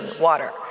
water